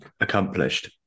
accomplished